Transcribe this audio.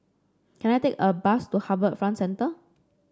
can I take a bus to HarbourFront Centre